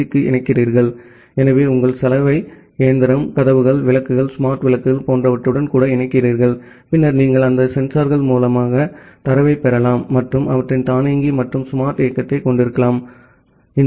க்கு இணைக்கிறீர்கள் எனவே உங்கள் சலவை இயந்திரம் கதவுகள் விளக்குகள் ஸ்மார்ட் விளக்குகள் போன்றவற்றுடன் கூட இணைக்கிறீர்கள் பின்னர் நீங்கள் அந்த சென்சார்கள் மூலம் தரவைப் பெறலாம் மற்றும் அவற்றின் தானியங்கி மற்றும் ஸ்மார்ட் இயக்கத்தைக் கொண்டிருக்கலாம் சாதனங்கள்